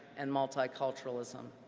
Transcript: and multi-culturalism.